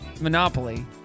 Monopoly